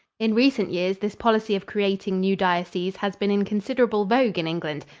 in recent years this policy of creating new dioceses has been in considerable vogue in england,